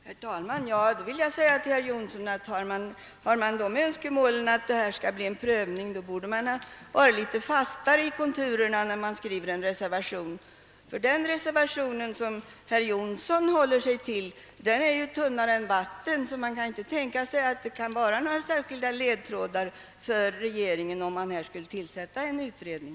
Herr talman! Om herr Jonsson önskar att den frågan skall bli föremål för prövning, borde han och hans medreservanter ha varit litet fastare i konturerna vid utarbetandet av reservationen. Den reservation som herr Jonsson talar för är tunnare än vatten. Man kan knappast tänka sig att den reservationen skulle kunna ge några ledtrådar för regeringen, om Kungl. Maj:t skulle tillsätta en utredning.